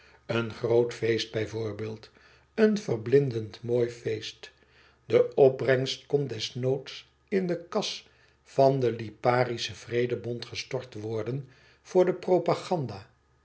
een groot feest bijvoorbeeld een verblindend mooi feest de opbrengst kon desnoods in de kas van den liparischen vrede bond gestort worden voor de propaganda